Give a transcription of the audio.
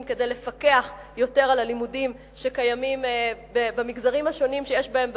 כדי לפקח יותר על הלימודים במגזרים השונים שיש בהם בעיה.